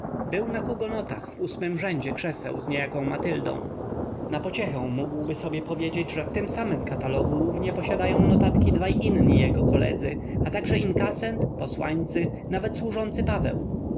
był na hugonotach w ósmym rzędzie krzeseł z niejaką matyldą na pociechę mógłby sobie powiedzieć że w tym samym katalogu równie posiadają notatki dwaj inni jego koledzy a także inkasent posłańcy nawet służący paweł